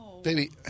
Baby